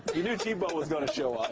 but you knew tebow was going to show up.